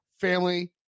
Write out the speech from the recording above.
family